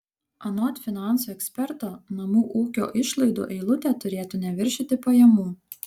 anot finansų eksperto namų ūkio išlaidų eilutė turėtų neviršyti pajamų